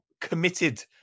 committed